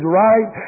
right